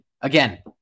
again